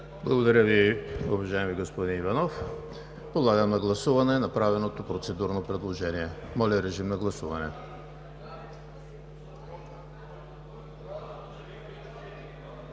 Благодаря Ви, уважаеми господин Иванов. Подлагам на гласуване направеното процедурно предложение. Гласували